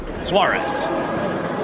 Suarez